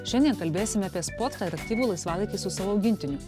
šiandien kalbėsime apie sportą ir aktyvų laisvalaikį su savo augintiniu